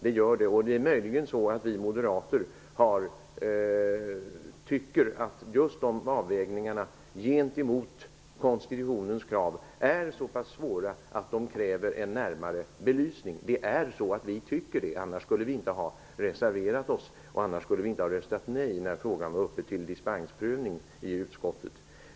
Det är möjligen så att vi moderater tycker att just de avvägningarna gentemot konstitutionens krav är så pass svåra att de kräver en närmare belysning. Vi tycker det -- annars skulle vi inte ha reserverat oss och röstat nej när frågan var uppe till dispensprövning i utskottet.